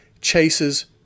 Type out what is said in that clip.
chases